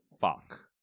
fuck